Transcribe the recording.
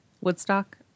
Woodstock